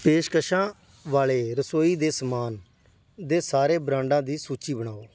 ਪੇਸ਼ਕਸ਼ਾਂ ਵਾਲੇ ਰਸੋਈ ਦੇ ਸਮਾਨ ਦੇ ਸਾਰੇ ਬ੍ਰਾਂਡਾਂ ਦੀ ਸੂਚੀ ਬਣਾਓ